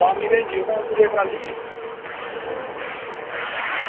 शामीं भेजी ओड़ेओ रेतै दी ट्राली